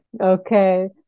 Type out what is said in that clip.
okay